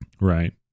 right